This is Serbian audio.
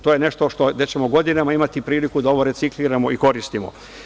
To je nešto gde ćemo godinama imati priliku da ovo recikliramo i koristimo.